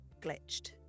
glitched